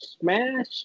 Smash